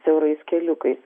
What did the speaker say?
siaurais keliukais